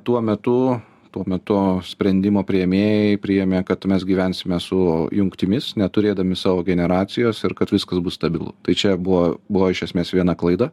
tuo metu tuo metu sprendimo priėmėjai priėmė kad mes gyvensime su jungtimis neturėdami savo generacijos ir kad viskas bus stabilu tai čia buvo buvo iš esmės viena klaida